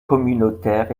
communautaire